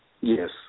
Yes